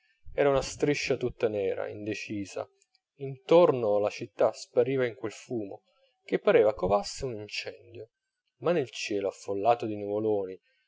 era una striscia tutta nera indecisa intorno la città spariva in quel fumo che pareva covasse un incendio ma nel cielo affollato di nuvoloni